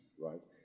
right